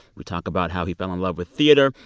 we talk about how he fell in love with theater.